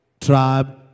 tribe